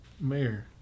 Mayor